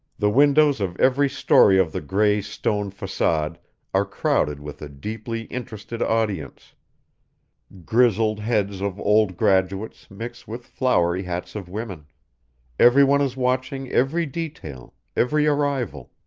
the windows of every story of the gray stone facade are crowded with a deeply interested audience grizzled heads of old graduates mix with flowery hats of women every one is watching every detail, every arrival.